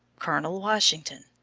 colonel washington.